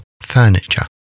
furniture